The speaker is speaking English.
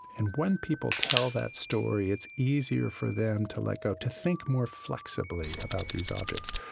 and when people tell that story it's easier for them to let go, to think more flexibly about these objects.